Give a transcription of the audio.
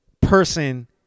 person